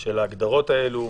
של ההגדרות האלה